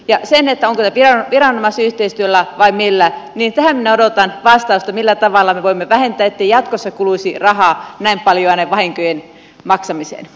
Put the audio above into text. ja siihen onko tämä mahdollista viranomaisyhteistyöllä vai millä minä odotan vastausta millä tavalla me voimme vähentää ettei jatkossa kuluisi rahaa näin paljoa näiden vahinkojen maksamiseen